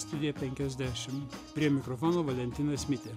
studijoje penkiasdešim prie mikrofono valentinas mitė